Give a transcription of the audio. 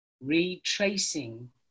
retracing